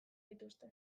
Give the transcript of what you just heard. dituzte